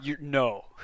No